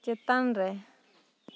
ᱪᱮᱛᱟᱱ ᱨᱮ